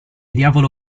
diavolo